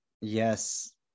Yes